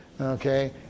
Okay